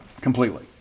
completely